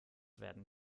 werden